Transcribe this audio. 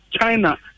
China